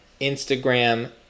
Instagram